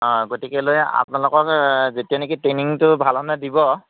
অঁ গতিকলৈ আপোনালোকক যেতিয়া নেকি ট্ৰেইনিংটো ভাল ধৰণে দিব